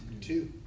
Two